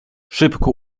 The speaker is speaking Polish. szybko